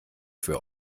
für